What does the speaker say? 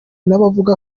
n’abavuga